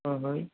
হয় হয়